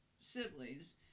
siblings